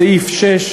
בסעיף 6,